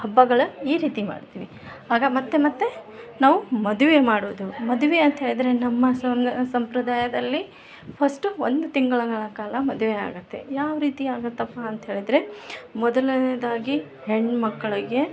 ಹಬ್ಬಗಳ ಈ ರೀತಿ ಮಡ್ತೀವಿ ಆಗ ಮತ್ತೆ ಮತ್ತೆ ನಾವು ಮದುವೆ ಮಾಡೋದು ಮದುವೆ ಅಂತೇಳಿದರೆ ನಮ್ಮ ಸಂಪ್ರದಾಯದಲ್ಲಿ ಫಸ್ಟು ಒಂದು ತಿಂಗಳಗಳ ಕಾಲ ಮದುವೆ ಆಗತ್ತೆ ಯಾವ ರೀತಿ ಆಗತಪ್ಪ ಅಂತೇಳದರೆ ಮೊದಲನೆದಾಗಿ ಹೆಣ್ಣು ಮಕ್ಕಳಗೆ